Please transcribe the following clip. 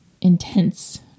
intense